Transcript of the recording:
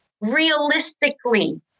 Realistically